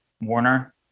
Warner